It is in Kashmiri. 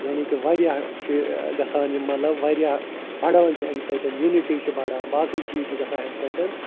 یعنی کہِ واریاہ چھِ گژھان یِم مطلب واریاہ بڑان چھِ اَمہِ سۭتٮ۪ن یوٗنِٹی چھِ بڑان باقٕے چیٖز چھِ گژھان اَمہِ سۭتٮ۪ن